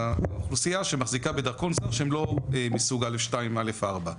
האוכלוסייה שמחזיקה בדרכון זר שהם לא מסוג א/2-א/4.